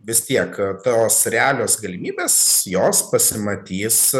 vis tiek tos realios galimybės jos pasimatys